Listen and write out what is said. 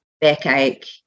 backache